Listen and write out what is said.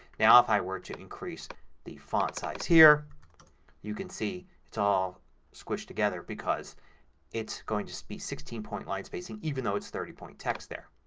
now if i were to increase the font size here you can see it's all squished together because it's going to be sixteen points line spacing even though it's thirty point text there.